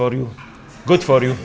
for you good for you